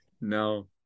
no